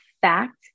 fact